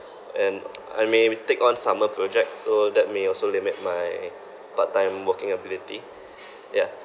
and I may take on summer projects so that may also limit my part time working ability yeah